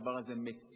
הדבר הזה מציק,